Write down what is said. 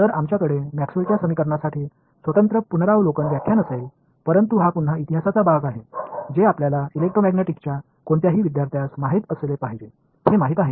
तर आमच्याकडे मॅक्सवेलच्या समीकरणांसाठी स्वतंत्र पुनरावलोकन व्याख्यान असेल परंतु हा पुन्हा इतिहासाचा भाग आहे जे आपल्याला इलेक्ट्रोमॅग्नेटिक्सच्या कोणत्याही विद्यार्थ्यास माहित असले पाहिजे हे माहित आहे